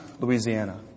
Louisiana